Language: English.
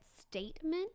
statement